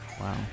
wow